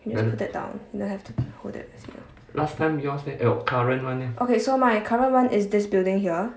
can you just put that down you don't have to hold it as so my current one is this building here